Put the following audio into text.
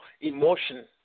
emotion